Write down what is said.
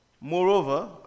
Moreover